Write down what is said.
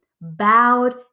bowed